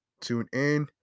TuneIn